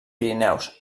pirineus